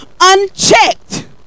unchecked